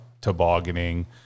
tobogganing